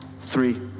three